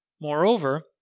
Moreover